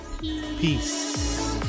peace